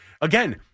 again